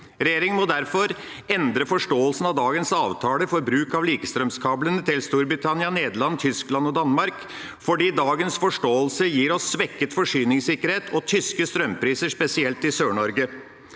Regjeringa må derfor endre forståelsen av dagens avtaler for bruk av likestrømkabelen til Storbritannia, Nederland, Tyskland og Danmark fordi dagens forståelse gir oss svekket forsyningssikkerhet og tyske strømpriser, spesielt i Sør-Norge.